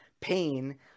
pain